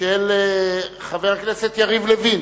של חבר הכנסת יריב לוין,